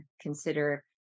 consider